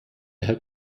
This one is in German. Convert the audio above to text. herr